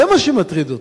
זה מה שמטריד אותי.